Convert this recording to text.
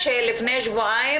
לפני שבועיים,